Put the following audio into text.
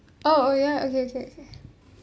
oh oh ya okay okay okay